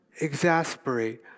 exasperate